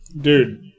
Dude